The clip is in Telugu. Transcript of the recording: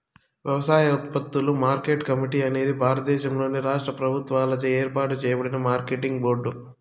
వ్యవసాయోత్పత్తుల మార్కెట్ కమిటీ అనేది భారతదేశంలోని రాష్ట్ర ప్రభుత్వాలచే ఏర్పాటు చేయబడిన మార్కెటింగ్ బోర్డు